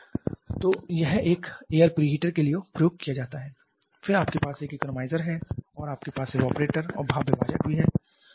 तो यह एक एयर प्रिहीटर के लिए प्रयोग किया जाता है फिर आपके पास एक इकोनोमाइजर है और हमारे पास इवेपरेटर और भाप विभाजक भी हो सकता है